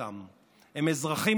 אם לפני ארבע שנים